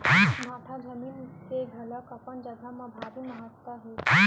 भाठा जमीन के घलौ अपन जघा म भारी महत्ता हे